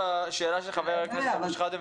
והשאלה של חבר הכנסת אבו-שחאדה.